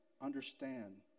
understand